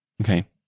Okay